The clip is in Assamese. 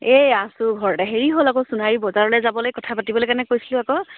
এই আছোঁ ঘৰতে হেৰি হ'ল আকৌ সোনাৰী বজাৰলৈ যাবলৈ কথা পাতিবলৈ কাৰণে কৰিছিলোঁ আকৌ